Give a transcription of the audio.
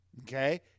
Okay